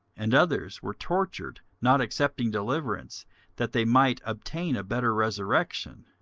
and others were tortured, not accepting deliverance that they might obtain a better resurrection